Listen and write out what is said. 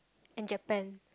and Japan